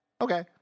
Okay